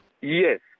Yes